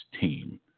team